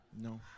No